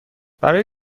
برای